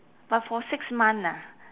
but for six month ah